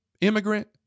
immigrant